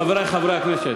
חברי חברי הכנסת,